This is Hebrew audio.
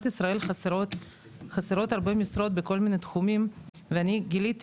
ישראל חסרות הרבה משרות בכל מיני תחומים ואני גיליתי